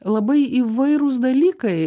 labai įvairūs dalykai